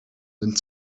den